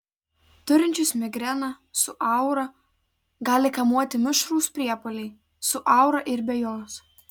turinčius migreną su aura gali kamuoti mišrūs priepuoliai su aura ir be jos